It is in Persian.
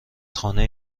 خانه